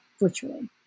virtually